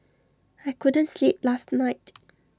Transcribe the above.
I couldn't sleep last night